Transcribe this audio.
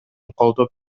колдоп